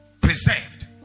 preserved